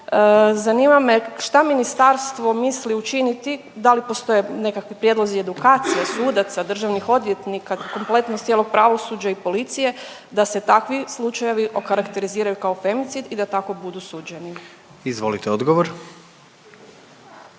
Zanima me šta ministarstvo misli učiniti, da li postoje nekakvi prijedlozi edukacije sudaca, državnih odvjetnika, kompletno cijelog pravosuđa i policije da se takvi slučajevi okarakteriziraju kao femicid i da tako budu suđeni. **Jandroković,